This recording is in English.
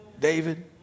David